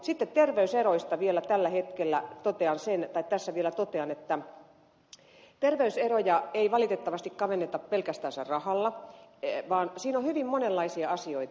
sitten terveyseroista vielä tässä totean että terveyseroja ei valitettavasti kavenneta pelkästänsä rahalla vaan siinä on hyvin monenlaisia asioita